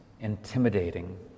intimidating